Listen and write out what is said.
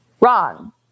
Wrong